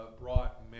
brought